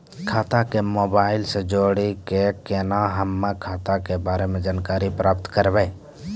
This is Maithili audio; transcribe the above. खाता के मोबाइल से जोड़ी के केना हम्मय खाता के बारे मे जानकारी प्राप्त करबे?